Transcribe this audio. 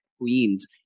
queens